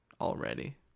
already